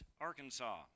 arkansas